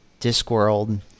Discworld